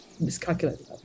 miscalculated